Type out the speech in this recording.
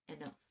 enough